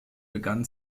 begann